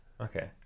Okay